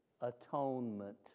atonement